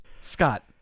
Scott